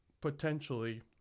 potentially